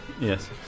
Yes